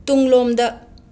ꯇꯨꯡꯂꯣꯝꯗ